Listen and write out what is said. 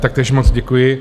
Taktéž moc děkuji.